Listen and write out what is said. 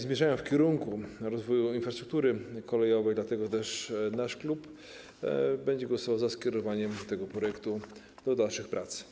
Zmierzają one w kierunku rozwoju infrastruktury kolejowej, dlatego też nasz klub będzie głosował za skierowaniem tego projektu do dalszych prac.